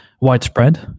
Widespread